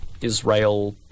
Israel